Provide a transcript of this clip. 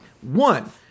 One